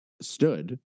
stood